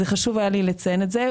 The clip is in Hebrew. חשוב היה לי לציין את זה,